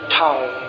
town